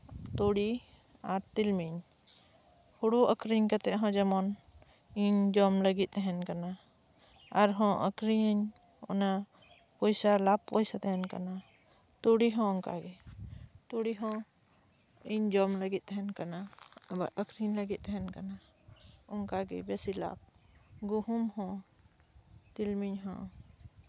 ᱛᱩᱲᱤ ᱟᱨ ᱛᱤᱞᱢᱤᱧ ᱦᱩᱲᱩ ᱟᱹᱠᱷᱨᱤᱧ ᱠᱟᱛᱮᱫ ᱦᱚᱸ ᱡᱮᱢᱚᱱ ᱤᱧ ᱡᱚᱢ ᱞᱟᱹᱜᱤᱫ ᱛᱟᱦᱮᱱ ᱠᱟᱱᱟ ᱟᱨᱦᱚᱸ ᱟᱹᱠᱷᱨᱤᱧᱤᱧ ᱚᱱᱟ ᱞᱟᱵ ᱯᱚᱭᱥᱟ ᱛᱟᱦᱮᱱ ᱠᱟᱱᱟ ᱛᱩᱲᱤ ᱦᱚᱸ ᱚᱱᱠᱟ ᱜᱮ ᱛᱩᱲᱤ ᱦᱚᱸ ᱤᱧ ᱡᱚᱢ ᱞᱟᱹᱜᱤᱫ ᱛᱟᱦᱮᱱ ᱠᱟᱱᱟ ᱟᱹᱠᱷᱨᱤᱧ ᱞᱟᱹᱜᱤᱫ ᱛᱟᱦᱮᱱ ᱠᱟᱱᱟ ᱚᱱᱠᱟᱜᱮ ᱵᱤᱥᱤ ᱞᱟᱵᱷ ᱜᱩᱦᱩᱢ ᱦᱚᱸ ᱛᱤᱞᱢᱤᱧ ᱦᱚᱸ